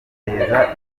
biteza